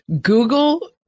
Google